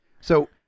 So-